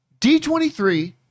D23